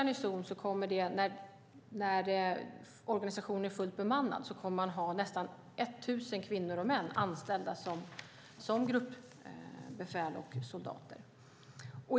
När organisationen är fullt bemannad kommer Eksjö garnison att ha nästan tusen kvinnor och män anställda som gruppbefäl och soldater.